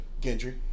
Gendry